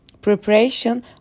preparation